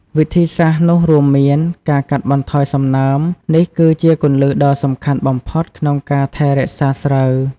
វិធីសាស្រ្តនោះរួមមាន ការកាត់បន្ថយសំណើម នេះគឺជាគន្លឹះដ៏សំខាន់បំផុតក្នុងការថែរក្សាស្រូវ។